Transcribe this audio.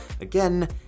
again